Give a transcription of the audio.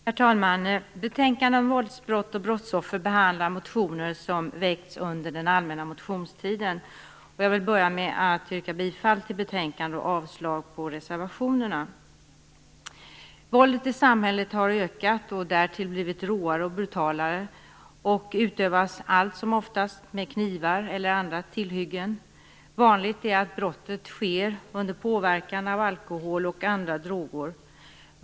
Herr talman! I detta betänkande om våldsbrott och brottsoffer behandlas motioner som väckts under den allmänna motionstiden. Inledningsvis yrkar jag bifall till hemställan i betänkandet samt avslag på reservationerna. Våldet i samhället har ökat och därtill blivit råare och brutalare. Allt som oftast utövas det med knivar eller andra tillhyggen. Det är vanligt att brottet sker under påverkan av alkohol eller andra droger.